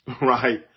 right